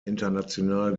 international